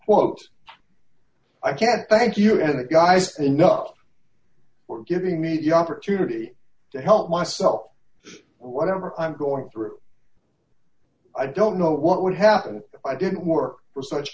quote i can't thank you and the guys enough for giving me the opportunity to help myself whatever i'm going through i don't know what would happen if i didn't work for such